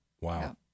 Wow